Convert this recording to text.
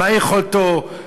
מה יכולתו,